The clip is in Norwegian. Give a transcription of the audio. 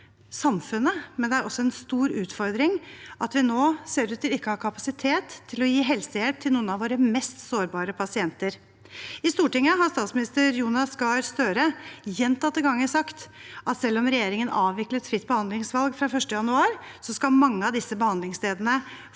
samfunnet, det er også en stor utfordring ved at vi nå ser ut til ikke å ha kapasitet til å gi helsehjelp til noen av våre mest sårbare pasienter. I Stortinget har statsminister Jonas Gahr Støre gjentatte ganger sagt at selv om regjeringen avviklet fritt behandlingsvalg fra 1. januar, skal mange av disse behandlingsstedene